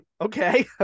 okay